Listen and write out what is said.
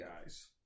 guys